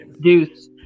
Deuce